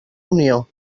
unió